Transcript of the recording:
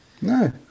No